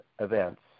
events